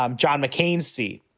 um john mccain's seat.